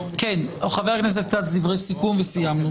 חה"כ כץ, דברי סיכום וסיימנו.